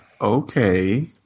okay